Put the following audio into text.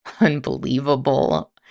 Unbelievable